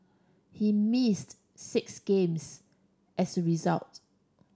he missed six games as result